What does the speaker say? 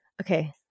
Okay